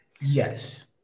Yes